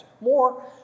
More